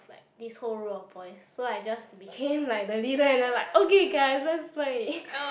like this whole row of boys so I just became like the leader and then like okay guys let's play